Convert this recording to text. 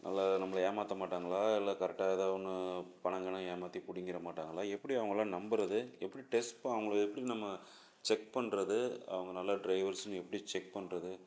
நல்லா நம்மள ஏமாற்றமாட்டாங்களா இல்லை கரெட்டாக எதா ஒன்று பணம் கிணம் ஏமாற்றி பிடிங்கிற மாட்டாங்களா எப்படி அவங்களலாம் நம்புறது எப்படி டெஸ்ட் ப அவங்கள எப்படி நம்ம செக் பண்ணுறது அவங்க நல்ல ட்ரைவர்ஸுனு எப்படி செக் பண்ணுறது